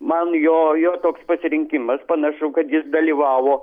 man jo jo toks pasirinkimas panašu kad jis dalyvavo